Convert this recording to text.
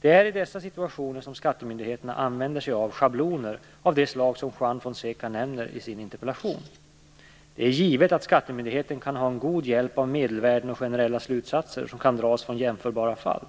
Det är i dessa situationer som skattemyndigheten använder sig av schabloner av det slag som Juan Fonseca nämner i sin interpellation. Det är givet att skattemyndigheten kan ha god hjälp av medelvärden och generella slutsatser som kan dras från jämförbara fall.